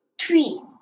Three